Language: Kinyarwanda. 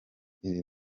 iri